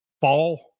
fall